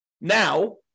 now